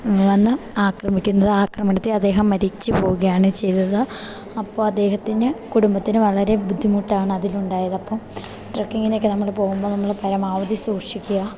വന്നു ആക്രമിക്കുന്നത് ആക്രമണത്തെ അദ്ദേഹം മരിച്ചു പോവുകയാണ് ചെയ്തത് അപ്പം അദ്ദേഹത്തിന് കുടുംബത്തിന് വളരെ ബുദ്ധിമുട്ടാണ് അതിലുണ്ടായത് അപ്പം ട്രക്കിങ്ങിനൊക്കെ നമ്മൾ പോവുമ്പോൾ നമ്മൾ പരമാവധി സൂക്ഷിക്കുക